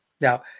Now